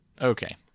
Okay